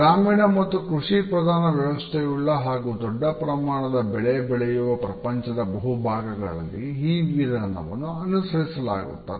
ಗ್ರಾಮೀಣ ಮತ್ತು ಕೃಷಿ ಪ್ರಧಾನ ವ್ಯವಸ್ಥೆಯುಳ್ಳ ಹಾಗೂ ದೊಡ್ಡ ಪ್ರಮಾಣದ ಬೆಳೆ ಬೆಳೆಯುವ ಪ್ರಪಂಚದ ಬಹುಭಾಗಗಳಲ್ಲಿ ಈ ವಿಧಾನವನ್ನು ಅನುಸರಿಸಲಾಗುತ್ತದೆ